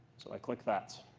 so i click that.